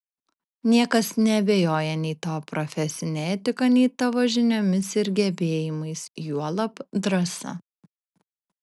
niekas neabejoja nei tavo profesine etika nei tavo žiniomis ir gebėjimais juolab drąsa